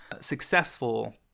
successful